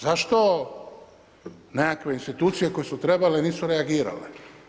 Zašto nekakve institucije koje su trebale nisu reagirale?